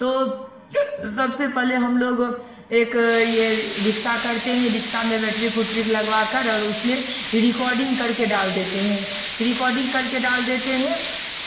तो सबसे पहले हम लोग एक ये रिक्शा करते हैं रिक्शा में बैट्री उट्री लगवाकर और उसमें रिकॉर्डिंग करके डाल देते हैं रिकॉर्डिंग करके डाल देते हैं